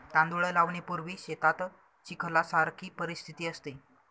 तांदूळ लावणीपूर्वी शेतात चिखलासारखी परिस्थिती असते